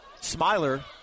Smiler